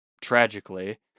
Tragically